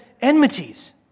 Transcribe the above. enmities